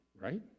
right